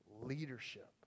leadership